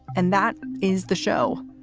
and that is the show.